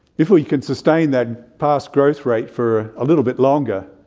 if we can sustain that past growth rate for a little bit longer,